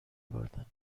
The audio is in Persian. بردم